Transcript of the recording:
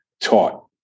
taught